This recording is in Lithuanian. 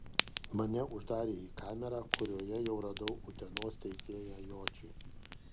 mane uždarė į kamerą kurioje jau radau utenos teisėją jočį